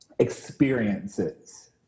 experiences